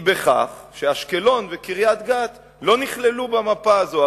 היא בכך שאשקלון וקריית-גת לא נכללו במפה הזאת.